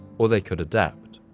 or they could adapt.